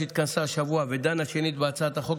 שהתכנסה השבוע ודנה שנית בהצעת החוק,